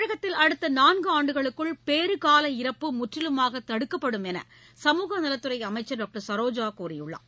தமிழகத்தில் அடுத்தநான்காண்டுகளுக்குள் பேறுகால இறப்பு முற்றிலுமாகதடுக்கப்படும்என்றுசமூகநலத்துறைஅமைச்சர் டாக்டர் சரோஜாகூறியுள்ளார்